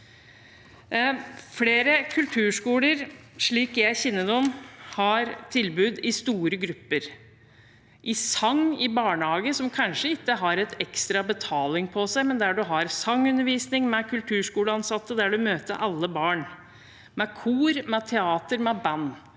Flere kulturskoler, slik jeg kjenner dem, har tilbud i store grupper – med sang i barnehage, som kanskje ikke har en ekstra betaling ved seg, med sangundervisning med kulturskoleansatte, der man møter alle barn, med kor, med teater, med band.